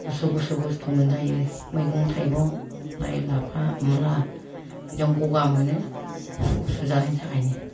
गुसु गुसु बुस्थु मोनजायो मैगं थाइगं लाइ लाफा मुला बिदियावनो गगा मोनो गुसु गुसु जानायनि थाखायनो